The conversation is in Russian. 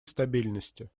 стабильности